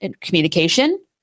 communication